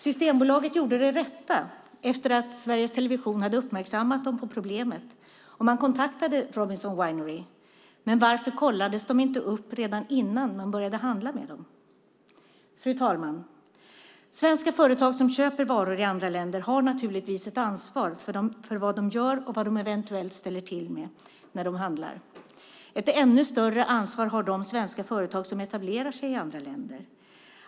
Systembolaget gjorde det rätta efter att Sveriges Television hade uppmärksammat dem på problemet. Man kontaktade Robinson Winery. Men varför kollades de inte upp redan innan man började handla med dem? Fru talman! Svenska företag som köper varor i andra länder har naturligtvis ett ansvar för vad de gör och eventuellt ställer till med när de handlar. Ett ännu större ansvar har de svenska företag som etablerar sig i andra länder.